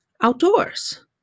outdoors